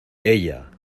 ella